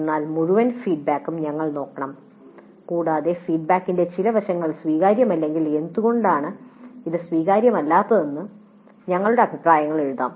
എന്നാൽ മുഴുവൻ ഫീഡ്ബാക്കും ഞങ്ങൾ നോക്കണം കൂടാതെ ഫീഡ്ബാക്കിന്റെ ചില വശങ്ങൾ സ്വീകാര്യമല്ലെങ്കിൽ എന്തുകൊണ്ടാണ് ഇത് സ്വീകാര്യമല്ലാത്തതെന്ന് ഞങ്ങളുടെ അഭിപ്രായങ്ങൾ എഴുതാം